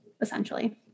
essentially